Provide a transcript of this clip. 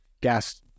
gas